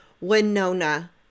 Winona